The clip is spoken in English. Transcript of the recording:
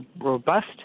robust